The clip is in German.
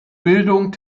bildung